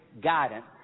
guidance